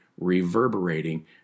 reverberating